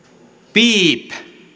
piip